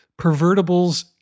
Pervertibles